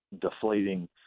deflating